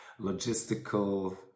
Logistical